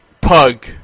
pug